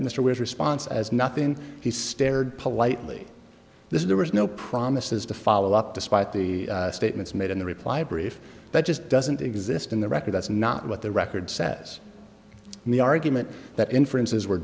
mr witt response as nothing he stared politely this there was no promises to follow up despite the statements made in the reply brief that just doesn't exist in the record that's not what the record says and the argument that inferences were